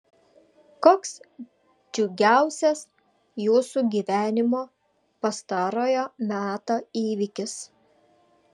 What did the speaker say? koks džiugiausias jūsų gyvenimo pastarojo meto įvykis